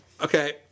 Okay